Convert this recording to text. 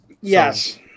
Yes